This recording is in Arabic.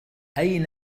أين